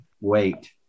wait